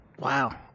Wow